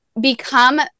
become